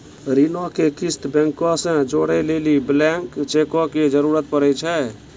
ऋणो के किस्त बैंको से जोड़ै लेली ब्लैंक चेको के जरूरत पड़ै छै